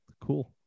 cool